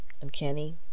uncanny